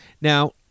now